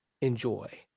enjoy